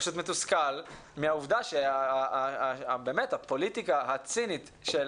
אני פשוט מתוסכל מהעובדה שהפוליטיקה הצינית של